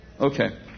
Okay